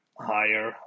higher